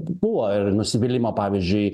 buvo ir nusivylimo pavyzdžiui